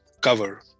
cover